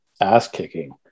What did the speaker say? ass-kicking